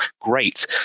great